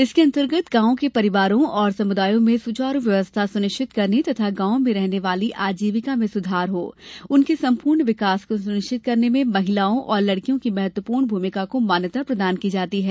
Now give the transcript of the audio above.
इसके अंतर्गत गांवों के परिवारों और समुदायों में सुचारू व्यवस्था सुनिश्चित करने तथा गांवों में रहने वालों की आजीविका में सुधार हो और उनके संपूर्ण विकास को सुनिश्चित करने में महिलाओं और लड़कियों की महत्वपूर्ण भूमिका को मान्यता प्रदान की जाती है